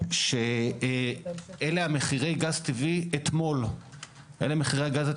נראה שאלה מחירי גז טבעי אתמול בעולם.